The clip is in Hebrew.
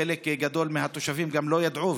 חלק גדול מהתושבים גם לא ידעו,